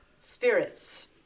Spirits